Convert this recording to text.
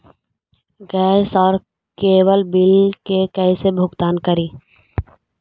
Gas और cable bill के कैसे भुगतान करी?